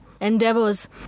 endeavors